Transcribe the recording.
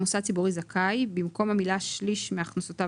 מוסד ציבורי זכאי במקום המילה "שליש מהכנסותיו